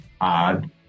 odd